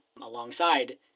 alongside